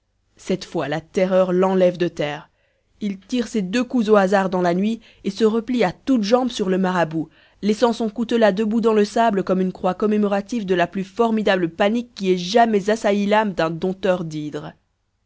cette fois la terreur l'enlève de terre il tire ses deux coups au hasard dans la nuit et se replie à toutes jambes sur le marabout laissant son coutelas debout dans le sable comme une croix commémorative de la plus formidable panique qui ait jamais assailli l'âme d'un dompteur d'hydres